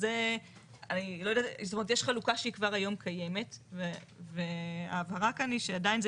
יש חלוקה שהיא כבר היום קיימת וההבהרה כאן שעדיין זה